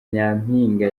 nyampinga